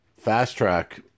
fast-track